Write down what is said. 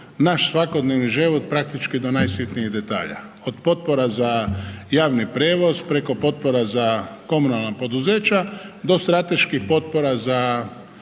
naš svakodnevni život praktički do najsitnijeg detalja, od potpora za javni prijevoz preko potpora za komunalna poduzeća do strateških potpora za